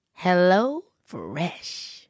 HelloFresh